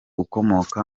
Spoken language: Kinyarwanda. ukomoka